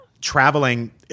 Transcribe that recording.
traveling